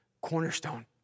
cornerstone